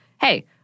hey